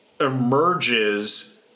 emerges